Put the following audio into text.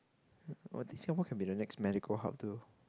oh this year what can be the next medical hub though